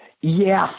Yes